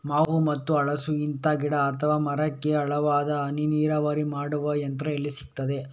ಮಾವು ಮತ್ತು ಹಲಸು, ಇಂತ ಗಿಡ ಅಥವಾ ಮರಕ್ಕೆ ಆಳವಾದ ಹನಿ ನೀರಾವರಿ ಮಾಡುವ ಯಂತ್ರ ಎಲ್ಲಿ ಸಿಕ್ತದೆ?